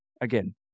Again